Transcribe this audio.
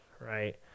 right